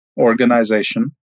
organization